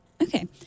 Okay